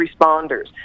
responders